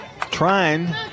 trying